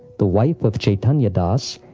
the wife of chaitanya das,